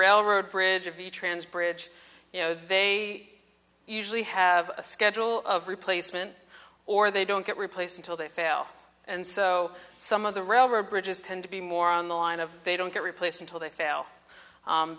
railroad bridge of the trans bridge you know they usually have a schedule of replacement or they don't get replaced until they fail and so some of the railroad bridges tend to be more on the line of they don't get replaced until they fail